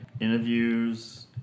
interviews